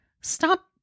stop